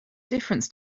difference